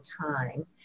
time